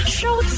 Show